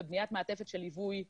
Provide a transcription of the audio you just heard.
ובניית מעטפת של ליווי שלנו,